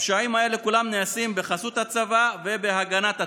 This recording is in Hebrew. הפשעים האלה כולם נעשים בחסות הצבא ובהגנת הצבא.